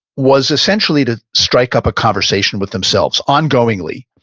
was essentially to strike up a conversation with themselves ongoingly,